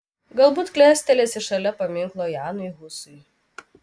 galbūt klestelėsi šalia paminklo janui husui